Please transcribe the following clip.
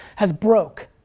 has broke.